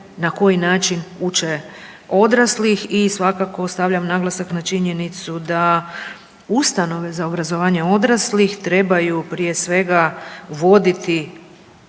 na koji način uče odrasli. I svakako stavljam naglasak na činjenicu da ustanove za obrazovanje odraslih trebaju prije svega voditi